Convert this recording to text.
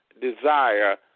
desire